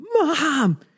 Mom